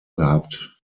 gehabt